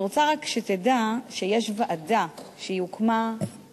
אני רוצה רק שתדע שיש ועדת עבודה,